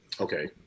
okay